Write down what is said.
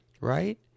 right